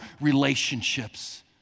relationships